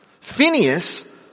Phineas